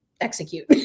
execute